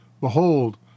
Behold